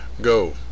Go